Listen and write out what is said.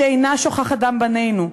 שאינה שוכחת דם בנינו,